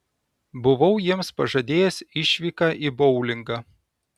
buvau jiems pažadėjęs išvyką į boulingą